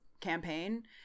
campaign